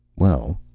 well,